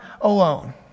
alone